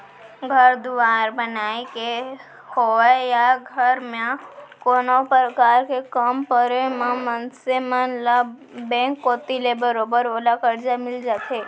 घर दुवार बनाय के होवय या घर म कोनो परकार के काम परे म मनसे मन ल बेंक कोती ले बरोबर ओला करजा मिल जाथे